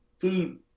food